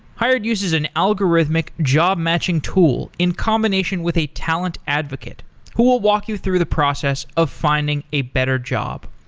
hired uses an algorithmic job-matching tool in combination with a talent advocate who will walk you through the process of finding a better job.